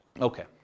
Okay